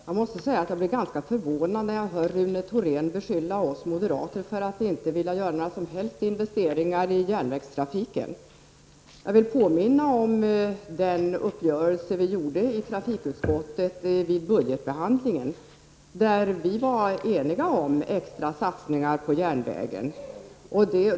Fru talman! Jag måste säga att jag blir ganska förvånad när jag hör Rune Thorén beskylla oss moderater för att inte vilja göra några som helst investeringar i järnvägstrafiken. Jag vill påminna om den uppgörelse som gjordes i trafikutskottet vid budgetbehandlingen. Då var utskottet enigt om att det skulle ske extra satsningar på järnvägen.